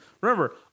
remember